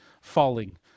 falling